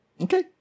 Okay